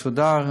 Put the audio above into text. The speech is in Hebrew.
מסודר,